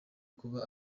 kuba